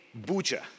Bucha